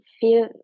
feel